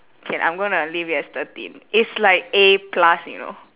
K I'm gonna leave it as thirteen it's like A plus you know